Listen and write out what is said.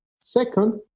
Second